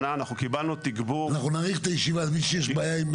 קיבלנו תגבור מהרשות.